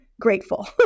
grateful